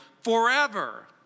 forever